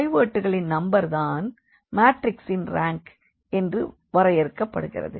பைவோட்களின் number தான் மாற்றிக்ஸின் rank என்று வரையறுக்கப்படுகிறது